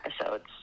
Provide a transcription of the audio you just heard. episodes